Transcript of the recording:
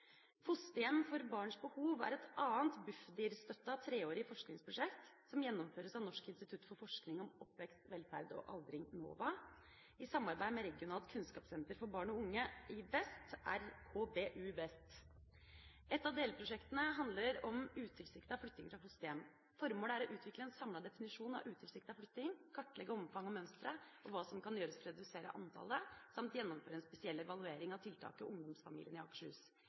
Fosterhjem for barns behov er et annet Bufdir-støttet treårig forskningsprosjekt, som gjennomføres av Norsk institutt for forskning om oppvekst, velferd og aldring, NOVA, i samarbeid med Regionalt kunnskapssenter for barn og unge Vest, RKBU Vest. Et av delprosjektene handler om utilsiktet flytting fra fosterhjem. Formålet er å utvikle en samlet definisjon av utilsiktet flytting, kartlegge omfang og mønstre og hva som kan gjøres for å redusere antallet, samt gjennomføre en spesiell evaluering av tiltaket Ungdomsfamiliene i Akershus.